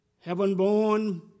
heaven-born